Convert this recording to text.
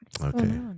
Okay